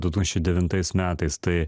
du tūkstančiai devintais metais tai